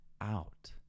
out